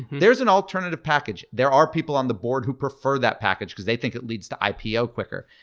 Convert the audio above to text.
thereaeurs an alternative package. there are people on the board who prefer that package because they think it leads to ipo quicker.